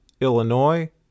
Illinois